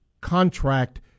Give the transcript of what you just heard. contract